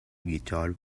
guitar